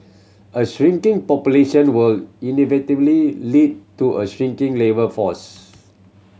a shrinking population will inevitably lead to a shrinking labour force